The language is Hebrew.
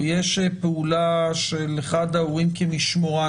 או שיש פעולה של אחד ההורים כמשמורן,